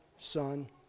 Son